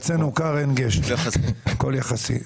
אצלנו קר, אין גשם, הכול יחסי.